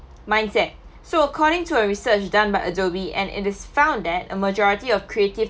mindset so according to a research done by adobe and it is found that a majority of creative